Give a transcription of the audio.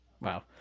Wow